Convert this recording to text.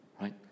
Right